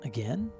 Again